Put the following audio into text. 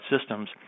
systems